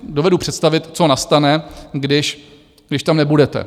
Dovedu představit, co nastane, když tam nebudete.